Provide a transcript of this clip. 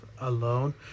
alone